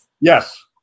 Yes